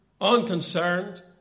Unconcerned